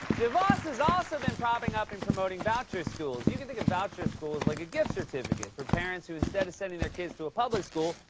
devos has also been propping up and promoting voucher schools. you could think of voucher schools like a gift certificate for parents who, instead of sending their kids to a public school,